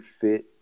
fit